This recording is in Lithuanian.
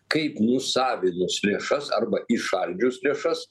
kaip nusavinus lėšas arba įšaldžius lėšas